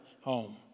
home